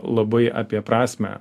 labai apie prasmę